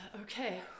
Okay